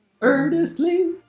earnestly